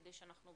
כדי שגם